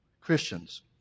Christians